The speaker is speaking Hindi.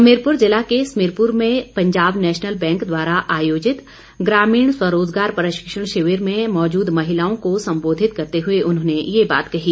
हमीरपुर जिला के समीरपुर में पंजाब नेशनल बैंक द्वारा आयोजित ग्रामीण स्वरोजगार प्रशिक्षण शिविर में मौजूद महिलाओं को संबोधित करते हुए उन्होंने ये बात कही